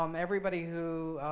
um everybody who